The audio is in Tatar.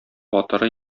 батыры